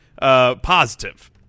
positive